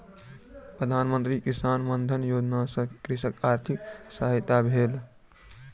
प्रधान मंत्री किसान मानधन योजना सॅ कृषकक आर्थिक सहायता भेल